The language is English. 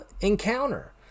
encounter